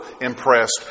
impressed